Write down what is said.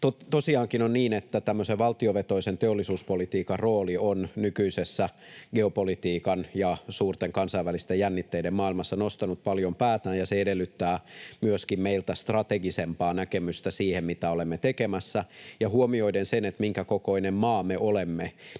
Tosiaankin on niin, että tämmöisen valtiovetoisen teollisuuspolitiikan rooli on nykyisessä geopolitiikan ja suurten kansainvälisten jännitteiden maailmassa nostanut paljon päätään. Se edellyttää myöskin meiltä strategisempaa näkemystä siihen, mitä olemme tekemässä, ja huomioiden sen, minkäkokoinen maa me olemme,